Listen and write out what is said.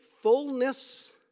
fullness